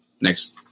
Next